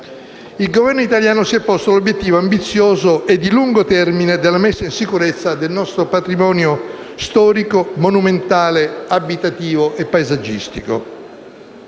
Il Governo italiano si è posto l'obiettivo ambizioso e di lungo termine della messa in sicurezza del nostro patrimonio storico, monumentale, abitativo e paesaggistico.